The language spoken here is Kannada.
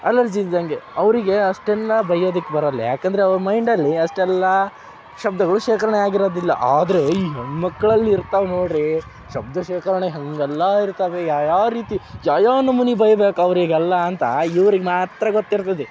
ಅಲರ್ಜಿ ಇದ್ದಂಗೆ ಅವರಿಗೆ ಅಷ್ಟೆಲ್ಲ ಬಯ್ಯೋದಕ್ ಬರೋಲ್ಲ ಏಕಂದ್ರೆ ಅವ್ರ ಮೈಂಡಲ್ಲಿ ಅಷ್ಟೆಲ್ಲ ಶಬ್ದಗಳು ಶೇಖರಣೆ ಆಗಿರೋದಿಲ್ಲ ಆದರೆ ಈ ಹೆಣ್ಮಕ್ಳಲ್ಲಿ ಇರ್ತವೆ ನೋಡ್ರಿ ಶಬ್ದ ಶೇಖರಣೆ ಹೇಗೆಲ್ಲ ಇರ್ತವೆ ಯಾವ್ಯಾವ ರೀತಿ ಯಾವ ಯಾವ ನಮೂನೆ ಬೈಬೇಕು ಅವರಿಗೆಲ್ಲ ಅಂತ ಇವ್ರಿಗೆ ಮಾತ್ರ ಗೊತ್ತಿರ್ತದೆ